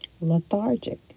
lethargic